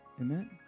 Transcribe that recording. Amen